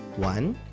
one